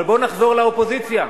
אבל בואו נחזור לאופוזיציה,